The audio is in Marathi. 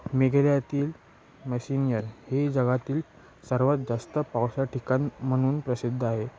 मेघालयातील मेशिनियर हे जगातील सर्वात जास्त पावसाळा ठिकाण म्हणून प्रसिद्ध आहे